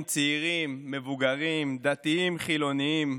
צעירים, מבוגרים, דתיים, חילונים,